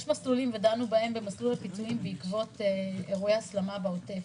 יש מסלול פיצויים בעקבות אירועי הסלמה בעוטף.